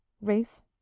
race